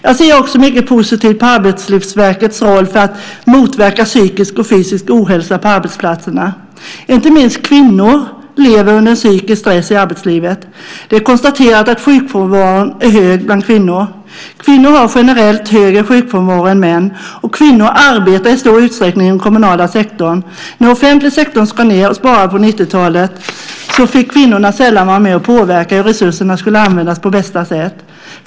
Jag ser också mycket positivt på Arbetslivsverkets roll för att motverka psykisk och fysisk ohälsa på arbetsplatserna. Inte minst kvinnor lever under en psykisk stress i arbetslivet. Det är konstaterat att sjukfrånvaron är hög bland kvinnor. Kvinnor har generellt högre sjukfrånvaro än män, och kvinnor arbetar i stor utsträckning inom den kommunala sektorn. När offentlig sektor skar ned och sparade på 1990-talet fick kvinnorna sällan vara med och påverka hur resurserna skulle användas på bästa sätt.